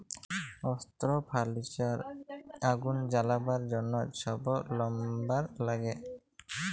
অস্ত্র, ফার্লিচার, আগুল জ্বালাবার জ্যনহ ছব লাম্বার ল্যাগে